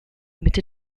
mitte